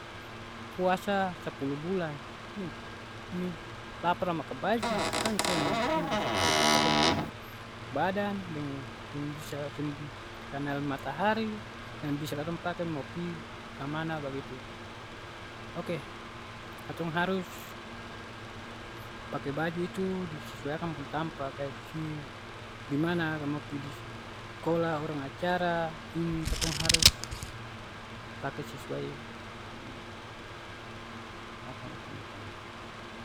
Puasa sapuluh bulan. lapar la makang baju, kan seng. Yang penting bisa tutup katong pung badan deng yang bisa seng kanal matahari, yang bisa katong pake mo pi kamana bagitu. Oke, katong harus pake baju itu disesuai akang pung tampa. Kaya si dimana ka mo pi di sekolah, orang acara, ini, katong harus pake sesuai deng akang pung tampa.